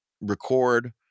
record